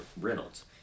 Reynolds